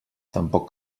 tampoc